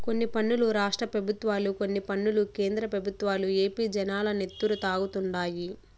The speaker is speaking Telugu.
కొన్ని పన్నులు రాష్ట్ర పెబుత్వాలు, కొన్ని పన్నులు కేంద్ర పెబుత్వాలు ఏపీ జనాల నెత్తురు తాగుతండాయి